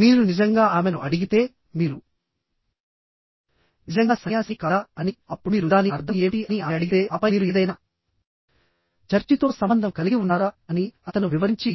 వారు వివరణ కోరితే దాన్ని అధిగమించవచ్చని మీకు తెలుసు మీరు నిజంగా ఆమెను అడిగితేమీరు నిజంగా సన్యాసిని కాదా అని అప్పుడు మీరు దాని అర్థం ఏమిటి అని ఆమె అడిగితే ఆపై మీరు ఏదైనా చర్చితో సంబంధం కలిగి ఉన్నారా అని అతను వివరించి